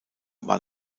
war